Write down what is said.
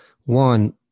one